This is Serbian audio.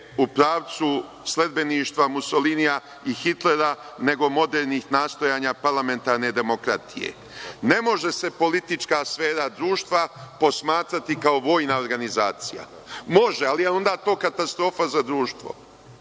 u pravcu sledbeništva Musolinija i Hitlera, nego modernih nastojanja parlamentarne demokratije. Ne može se politička sfera društva posmatrati kao vojna organizacija. Može, ali onda je to katastrofa za društvo. Podsetio